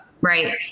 right